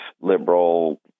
liberal